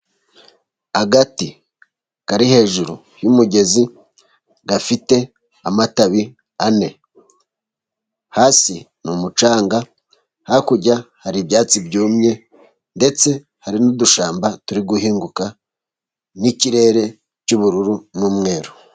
Agati kari hejuru y'umugezi gafite amatabi ane. Hasi ni umucanga, hakurya hari ibyatsi byumye ndetse hari n'udushyamba turi guhinguka, n'ikirere cy'ubururu n'umweru.